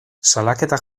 salaketak